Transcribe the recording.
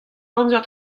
amzer